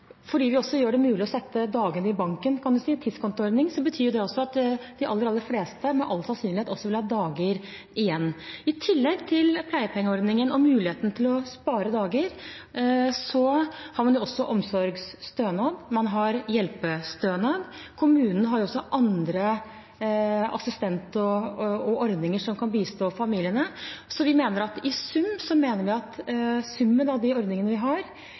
Fordi vi også gjør det mulig å sette dagene i «banken» – tidskontoordning – betyr det at de aller, aller fleste med all sannsynlighet også vil ha dager igjen. I tillegg til pleiepengeordningen og muligheten til å spare dager har man også omsorgsstønad, man har hjelpestønad. Kommunen har assistentordninger og andre ordninger som kan bistå familiene. I sum mener vi at de ordningene vi har, vil kunne være gode løsninger for de familiene som står i en svært vanskelig situasjon. Jeg registrerer at